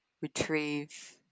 retrieve